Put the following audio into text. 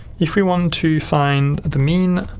if we want to find the mean